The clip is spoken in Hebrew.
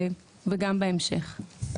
וגם בהמשך.